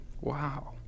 Wow